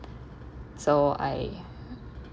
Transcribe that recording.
so I